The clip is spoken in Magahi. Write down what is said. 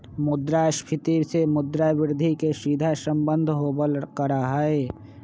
मुद्रास्फीती से मुद्रा वृद्धि के सीधा सम्बन्ध होबल करा हई